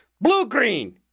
Blue-green